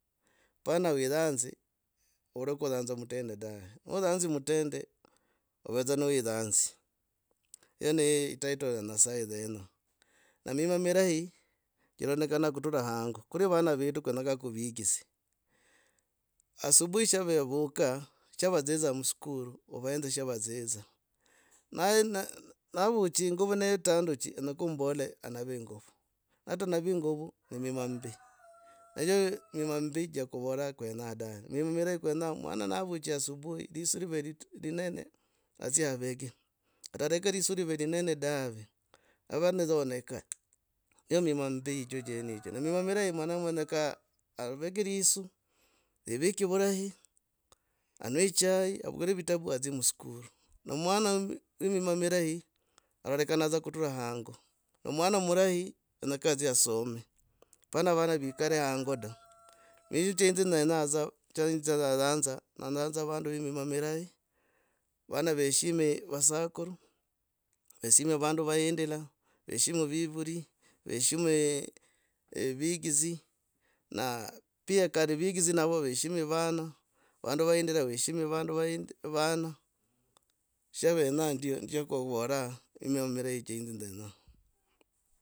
Pana wiyanzi kuyonza mutende dahe noyanzi mutende ovedza na wiranzi yeneyo etitle ya nyasaye. Ne emima mihali chirondekana kutura hango. Kuri vana vetu kenyeka kivikidze. Asubuhi sha vavevuka sha vadzidza muskulu. ovenze shavatsitsa. Na ee navochinguvuu netandu nokumbol anave inguvo. Atanava inguvo nemima mbi. Echo mima mbi kuvora kwenyaa dave. Mima mirahi kwenyaa mwana navuchi asubuhi liswi live linene adzia aveke. Ataleka liswi live linene dave. Avanaza aoneka. Eyo mima mbi hijo genego. Ne mima mirahi manya menyeka aveke liswi yeveke vulahi anw chai avukure vitabu adzeyemuskulu. No mwana murahi kenyaka adzie asome. Hapana vana vikare hango da. Niyedza ne na za. cha inze nayanza. nayanza vandu ve mima mirahi. vana veshime vasakuru. veshime vandu vahindila veshime vivuli. Veshime vigidzi na. pia kali vigidzi navo veshime vana. vandu vahindila veshime vandu. Vana shavenya ndio kovoraa. mima mirahi cha inze nzenyaa.